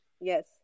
Yes